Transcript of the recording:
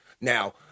Now